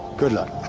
good luck